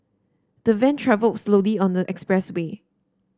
the van travelled slowly on the expressway